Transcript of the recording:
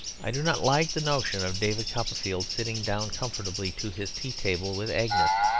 i do not like the notion of david copperfield sitting down comfortably to his tea-table with agnes,